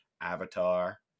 Avatar